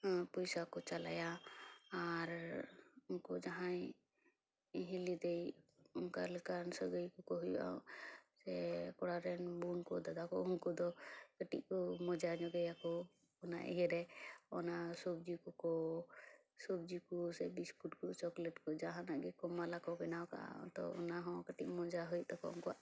ᱯᱩᱭᱥᱟ ᱠᱚ ᱪᱟᱞᱟᱭᱟ ᱟᱨ ᱩᱱᱠᱩ ᱡᱟᱦᱟᱸᱭ ᱦᱤᱞᱤ ᱫᱟᱹᱭ ᱚᱱᱠᱟ ᱞᱮᱠᱟᱱ ᱥᱟᱹᱜᱟᱹᱭ ᱠᱚᱠᱚ ᱦᱩᱭᱩᱜᱼᱟ ᱥᱮ ᱚᱲᱟᱜ ᱨᱮᱱ ᱵᱩᱱᱠᱚ ᱫᱟᱫᱟ ᱠᱚ ᱩᱱᱠᱩ ᱫᱚ ᱠᱟᱹᱴᱤᱡ ᱠᱚ ᱢᱚᱡᱟ ᱧᱚᱜᱮᱭᱟᱠᱚ ᱚᱱᱟ ᱤᱭᱟᱹᱨᱮ ᱚᱱᱟ ᱥᱚᱵᱡᱤ ᱠᱚᱠᱚ ᱥᱚᱵᱡᱤ ᱠᱚ ᱥᱮ ᱵᱤᱥᱠᱩᱴ ᱠᱚ ᱪᱚᱠᱞᱮᱴ ᱠᱚ ᱡᱟᱦᱟᱱᱟᱜ ᱜᱮ ᱢᱟᱞᱟ ᱠᱚ ᱵᱮᱱᱟᱣ ᱠᱟᱜᱼᱟ ᱛᱚ ᱚᱱᱟ ᱦᱚ ᱠᱟᱹᱴᱤᱡ ᱢᱚᱡᱟ ᱦᱩᱭᱩᱜ ᱛᱟᱠᱚᱣᱟ ᱩᱱᱠᱩᱣᱟᱜ